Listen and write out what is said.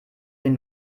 den